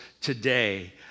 today